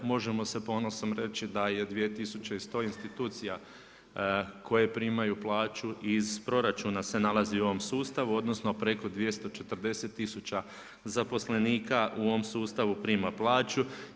Možemo sa ponosom reći da je 2100 institucija koje primaju plaću iz proračuna se nalaze u ovom sustavu, odnosno, preko 240000 zaposlenika u ovom sustavu prima plaću.